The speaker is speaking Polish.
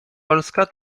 polska